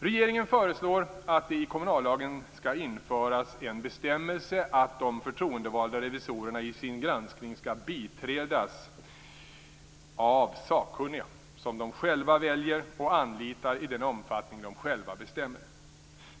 Regeringen föreslår att det i kommunallagen skall införas en bestämmelse att de förtroendevalda revisorerna i sin granskning skall biträdas av sakkunniga som de själva väljer och anlitar i den omfattning de själva bestämmer.